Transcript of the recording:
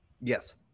Yes